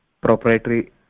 proprietary